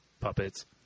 puppets